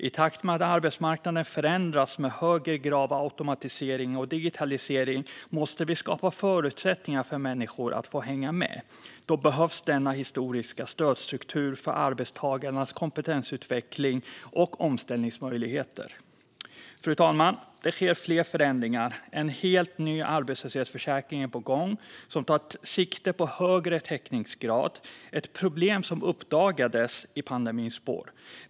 I takt med att arbetsmarknaden förändras med högre grad av automatisering och digitalisering måste vi skapa förutsättningar för människor att hänga med. Då behövs denna historiska stödstruktur för arbetstagarnas kompetensutveckling och omställningsmöjligheter. Fru talman! Det sker fler förändringar. En helt ny arbetslöshetsförsäkring är på gång. Den tar sikte på högre täckningsgrad, ett problem som uppdagades i pandemins spår.